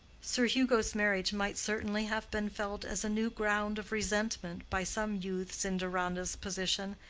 sir hugo's marriage might certainly have been felt as a new ground of resentment by some youths in deronda's position,